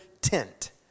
tent